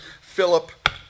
Philip